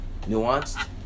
nuanced